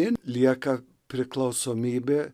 jin lieka priklausomybė